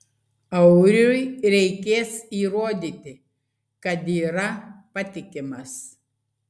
auriui reikės įrodyti kad yra patikimas